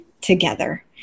together